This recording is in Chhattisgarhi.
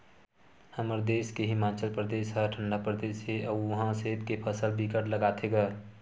हमर देस के हिमाचल परदेस ह ठंडा परदेस हे अउ उहा सेब के फसल बिकट लगाथे गा